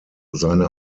seine